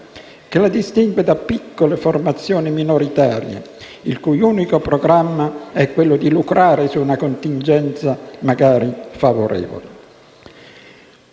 e la distingue da piccole formazioni minoritarie, il cui unico programma è quello di lucrare su una contingenza magari, favorevole.